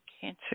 cancer